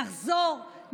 נחזור,